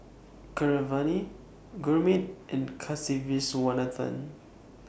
Keeravani Gurmeet and Kasiviswanathan